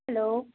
hello